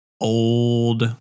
old